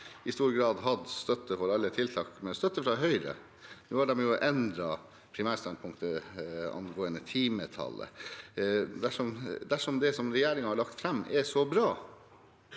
i stor grad hatt støtte for alle tiltak, med støtte fra Høyre. Nå har man endret primærstandpunktet angående timetallet. Dersom det som regjeringen har lagt fram, er så bra,